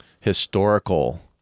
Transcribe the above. historical